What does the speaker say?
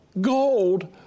gold